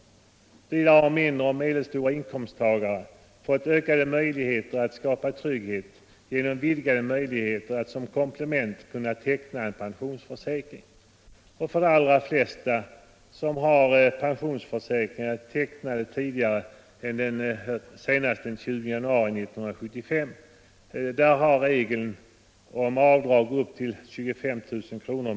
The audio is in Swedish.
Vidare Nr 46 har mindre och medelstora inkomsttagare fått ökade möjligheter att skapa Lördagen den trygghet genom att som komplement kunna teckna en pensionsförsäk 13 december 1975 ring, och för dem som har pensionsförsäkringar tecknade senast den 200 januari 1975 har regeln om avdrag upp till 25 000 kr.